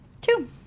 Two